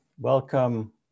Welcome